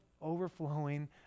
overflowing